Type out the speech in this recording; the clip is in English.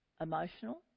emotional